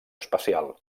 espacial